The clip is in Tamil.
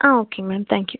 ah okay ma'am thank you